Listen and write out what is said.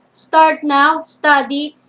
start now, study.